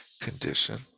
condition